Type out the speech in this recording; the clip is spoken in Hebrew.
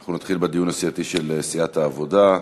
אנחנו נתחיל בדיון הסיעתי של סיעת העבודה.